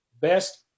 best